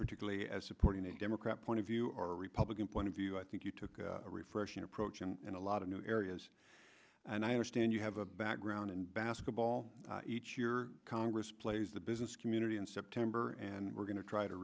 particularly as supporting a democrat point of view or a republican point of view i think you took a refreshing approach and a lot of new areas and i understand you have a background in basketball each year congress plays the business community in september and we're going to try to